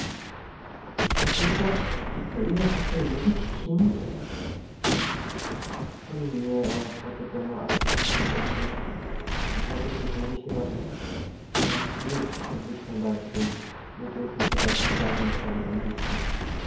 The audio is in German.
s schonn die böhle hat e ledig kind von mir aus hatte benno achselzuckend erwidert und hatte sich heimlich gedacht e glück daß ich kein weib bin mir täten se e ganzes säuglingsheim andichten